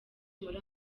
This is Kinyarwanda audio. muri